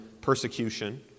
persecution